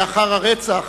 לאחר הרצח,